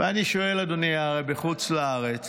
ואני שואל, אדוני, הרי בחוץ לארץ